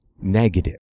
Negative